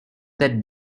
that